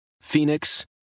Phoenix